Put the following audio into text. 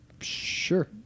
sure